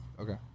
Okay